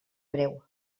breu